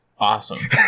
awesome